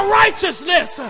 righteousness